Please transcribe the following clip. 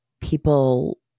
people